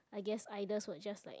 I guess idols would just like